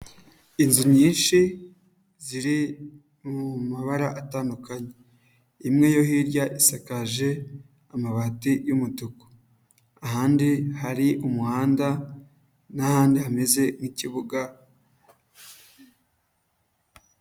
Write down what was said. Inzu nyinshi ziri mu mabara atandukanye, imwe yo hirya isakaje amabati y'umutuku, ahandi hari umuhanda n'ahandi hameze nk'ikibuga.